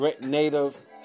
Native